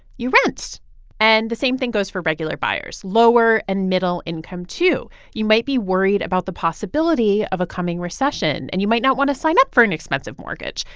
you rent and the same thing goes for regular buyers lower and middle-income, too. you might be worried about the possibility of a coming recession and you might not want to sign up for an expensive mortgage.